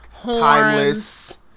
timeless